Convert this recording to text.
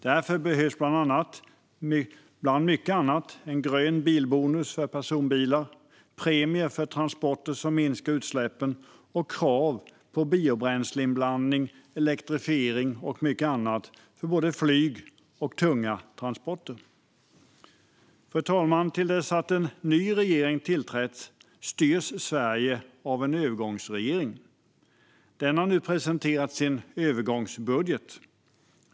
Därför behövs bland mycket annat en grön bilbonus för personbilar, premier för transporter som minskar utsläppen och krav på biobränsleinblandning, elektrifiering och annat för både flyg och tunga transporter. Fru talman! Till dess att en ny regering har tillträtt styrs Sverige av en övergångsregering. Den har nu presenterat sin övergångsbudget.